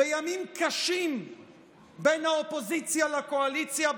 בימים קשים בין האופוזיציה לקואליציה,